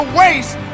waste